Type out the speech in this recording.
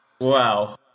Wow